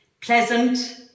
Pleasant